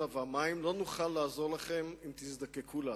והמים לא נוכל לעזור לכם אם תזדקקו לנו?